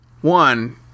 One